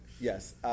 Yes